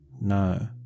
No